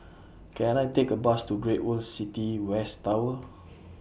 Can I Take A Bus to Great World City West Tower